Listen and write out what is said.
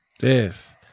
yes